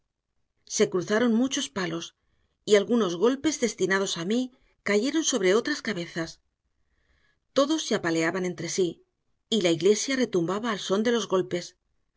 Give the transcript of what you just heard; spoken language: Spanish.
se cruzaron muchos palos y algunos golpes destinados a mí cayeron sobre otras cabezas todos se apaleaban entre sí y la iglesia retumbaba al son de los golpes